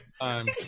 time